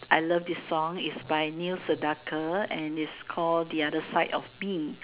I love this song it's by Neil Sedaka and it's call the other side of me